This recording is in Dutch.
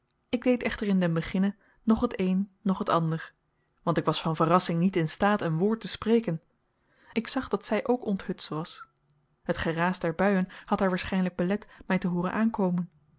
ik deed echter in den beginne noch het een noch het ander want ik was van verrassing niet in staat een woord te spreken ik zag dat zij ook onthutst was het geraas der buien had haar waarschijnlijk belet mij te hooren aankomen